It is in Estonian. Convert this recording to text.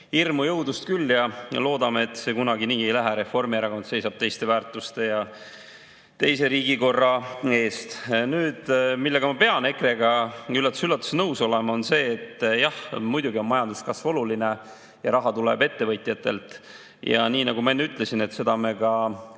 hirmu ja õudust küll ja loodame, et see kunagi nii ei lähe. Reformierakond seisab teiste väärtuste ja teise riigikorra eest. Milles ma pean EKRE-ga, üllatus-üllatus, nõus olema, on see, et jah, muidugi on majanduskasv oluline ja raha tuleb ettevõtjatelt. Nii nagu ma enne ütlesin, seda me